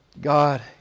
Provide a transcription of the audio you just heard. God